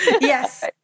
Yes